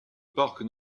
parc